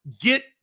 get